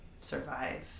survive